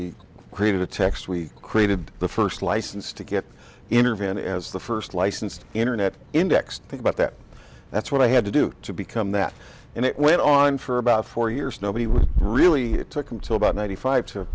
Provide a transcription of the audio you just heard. we created a text we created the first license to get interview and as the first licensed internet index think about that that's what i had to do to become that and it went on for about four years nobody was really it took until about ninety five to